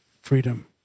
freedom